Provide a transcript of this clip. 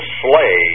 slay